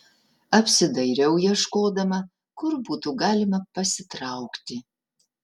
apsidairau ieškodama kur būtų galima pasitraukti